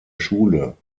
schule